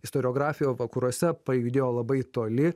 istoriografija vakaruose pajudėjo labai toli